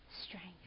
strength